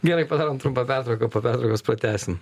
gerai padarom trumpą pertrauką po pertraukos pratęsim